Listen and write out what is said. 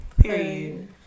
Period